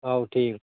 ହଉ ଠିକ୍ ଅଛି